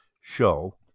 show